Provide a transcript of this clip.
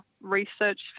research